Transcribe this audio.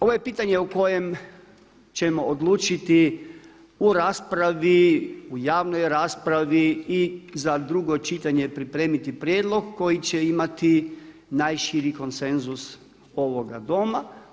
Ovo je pitanje o kojem ćemo odlučiti u raspravi u javnoj raspravi i za drugo čitanje pripremiti prijedlog koji će imati najširi konsenzus ovoga Doma.